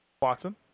Watson